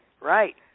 Right